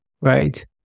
right